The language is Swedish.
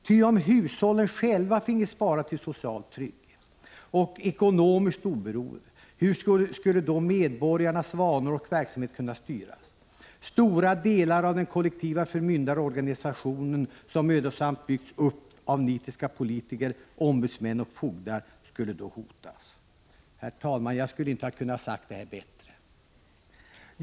Ty om hushållen själva finge spara till social trygghet och ekonomiskt oberoende — hur skulle då medborgarens vanor och verksamhet kunna styras? Stora delar av den kollektiva förmyndarorganisation som mödosamt byggts upp av nitiska politiker, ombudsmän och fogdar skulle då hotas.” Herr talman! Jag skulle inte ha kunnat säga detta bättre.